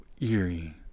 eerie